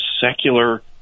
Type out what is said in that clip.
secular